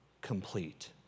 complete